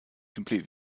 complete